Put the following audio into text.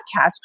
podcast